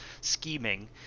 scheming